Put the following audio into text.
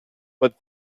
but